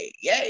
yay